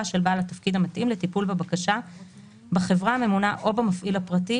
של בעל התפקיד המתאים לטיפול בבקשה בחברה הממונה או במפעיל הפרטי,